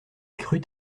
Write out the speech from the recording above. crut